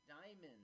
Diamonds